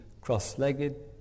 cross-legged